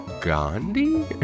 Gandhi